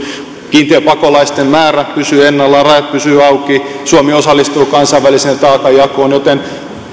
kiintiöpakolaisten määrä pysyy ennallaan rajat pysyvät auki suomi osallistuu kansainväliseen taakanjakoon joten